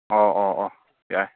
ꯑꯣ ꯑꯣ ꯑꯣ ꯌꯥꯏ